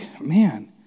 man